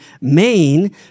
Maine